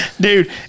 dude